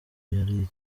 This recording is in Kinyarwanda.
yari